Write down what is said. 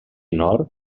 nord